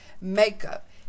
makeup